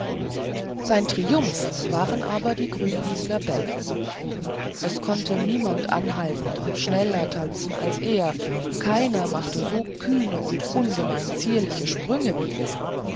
sein triumph waren aber die grünwieseler bälle es konnte niemand anhaltender schneller tanzen als er keiner machte so kühne und ungemein zierliche sprünge wie er